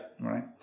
right